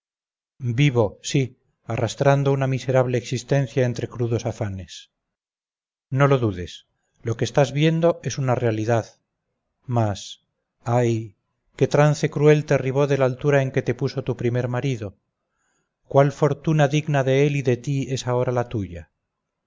vivo sí arrastrando una miserable existencia entre crudos afanes no lo dudes lo que estás viendo es una realidad mas ay qué trance cruel te derribó de la altura en que te puso tu primer marido cuál fortuna digna de él y de ti es ahora la tuya